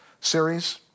series